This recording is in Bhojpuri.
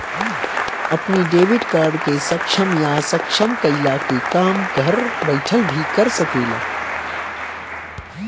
अपनी डेबिट कार्ड के सक्षम या असक्षम कईला के काम घर बैठल भी कर सकेला